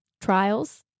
trials